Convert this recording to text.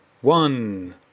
one